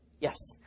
Yes